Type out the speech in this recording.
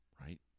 right